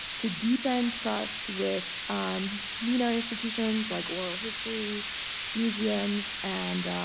to deepen trust with mena institutions like world history museums and